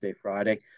friday